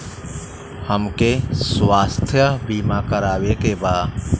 हमके स्वास्थ्य बीमा करावे के बा?